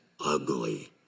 ugly